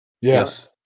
Yes